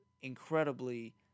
incredibly